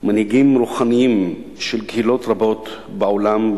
מנהיגים רוחניים של קהילות רבות בעולם,